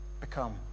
become